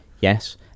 yes